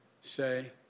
say